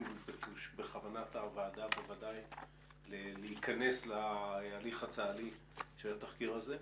בכוונת הוועדה להיכנס להליך הצה"לי של התחקיר הזה,